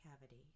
cavity